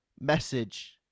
message